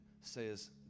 says